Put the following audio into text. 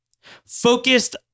focused